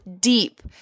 deep